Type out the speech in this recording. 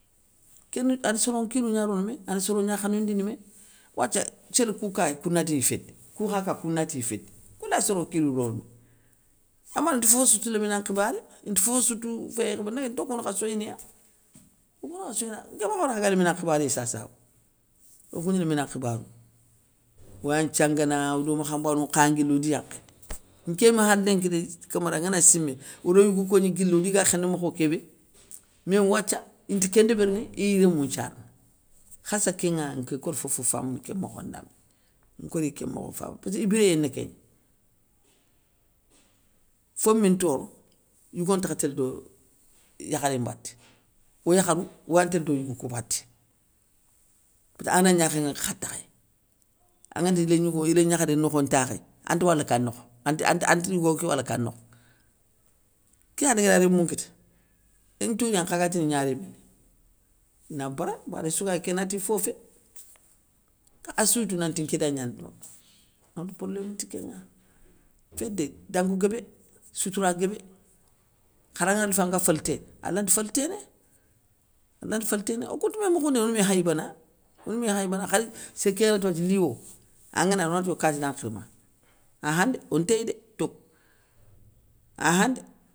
Kéni, ar soro nkilou gna rono mé, ana soro gna khanoundini mé, wathia sél koukay kounatiyi fédé, kou kha ka kouna tiy fédé, koulay soro kilou rono mé. Ama wori inta fofossou tou lémina nkhibaré, inta fofossou tou féykhe ndagui ntokouna kha soyiniya, wo kouna kha soyina, nké ma kha wori khaga lémina nkhibaréy sasawo, okou gni lémina nkhibarounou. Oya nthiangana, odo makhanbanou nkhaya nguilé odiya khéné, nké yimé khar lénki dé camara ngana simé, odo yougou gagni guili odi ga khéné mokho kébé, mé wathia, inte kén ndébérini, iyi rémou nthiarana, kharssa kénŋa nké kori fofo famounou kén mokho ndambé, nkori kén mokho, famounou. Passkibiréyé na kégna. Fo mi ntoro yigo ntakha télé do yakharé mbaté, o yakharou oya télé do yigou kou baté, pourta ayana gnakhé nŋa kha takhayé, an ngani i rén gnigo i lén gnakharé nokhon ntakhéy, anta wala ka nokho ante ante ante yigo ké wala ka ké nokho. Kéyani igana rémou nkita, ine touyina nkha ga tini gna réméni, na bara bané sou gayéy kén nati fofé, kha assouye tou nanti nké da gnane domé, anŋe tou porlém nti kénŋa. Fédé dango guébé, soutoura guébé, khara ngana léfi anga félténé, alanta félténé, alanta félténé, okounta mé moukhoundini one mé khaybana, one mé khaybana khay sér ké ganatou nati li wo, angana ri onati yo kati dan nkhiri mane, anhan ndé ontéy dé tok anhan ndé.